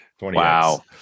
Wow